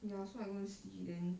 ya so I go and see then